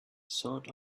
sought